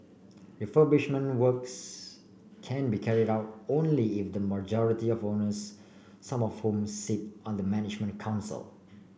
refurbishment works can be carried out only if the majority of owners some of whom sit on the management council